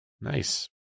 Nice